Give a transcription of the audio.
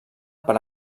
per